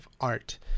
art